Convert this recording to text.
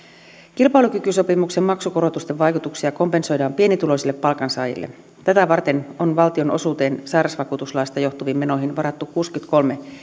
kilpailukykysopimuksen maksukorotusten vaikutuksia kompensoidaan pienituloisille palkansaajille tätä varten on valtion osuuteen sairausvakuutuslaista johtuviin menoihin varattu kuusikymmentäkolme